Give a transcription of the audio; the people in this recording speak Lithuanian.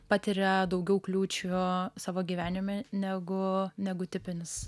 patiria daugiau kliūčių savo gyvenime negu negu tipinis